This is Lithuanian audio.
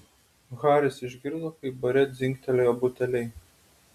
haris išgirdo kaip bare dzingtelėjo buteliai